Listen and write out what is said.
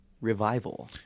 revival